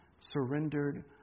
surrendered